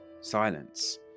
silence